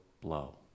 blow